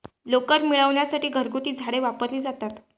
लोकर मिळविण्यासाठी घरगुती झाडे वापरली जातात